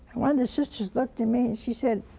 one of the sisters looked at me and she said,